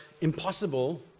impossible